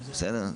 בסדר?